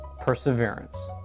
Perseverance